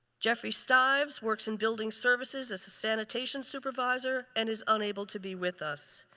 jeffrey stives works in building services as a sanitation supervisor and is unable to be with us.